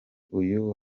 ubu